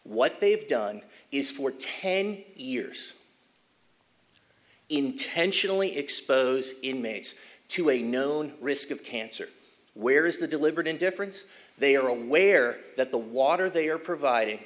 what they've done is for ten years intentionally expose inmates to a known risk of cancer where is the deliberate indifference they are aware that the water they are providing